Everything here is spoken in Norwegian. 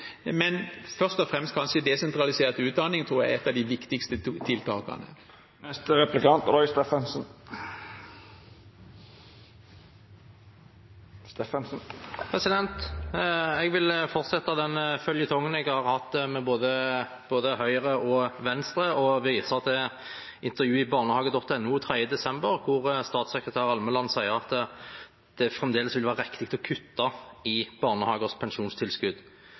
men jeg tror kanskje først og fremst desentralisert utdanning er et av de viktigste tiltakene. Jeg vil fortsette den føljetongen jeg har hatt med både Høyre og Venstre og vise til intervjuet i barnehage.no den 3. desember, hvor statssekretær Almeland sier at det fremdeles vil være riktig å kutte i barnehagers pensjonstilskudd.